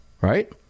right